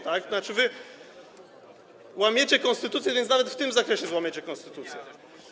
To znaczy, wy łamiecie konstytucję, więc nawet w tym zakresie złamiecie konstytucję.